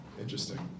interesting